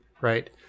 right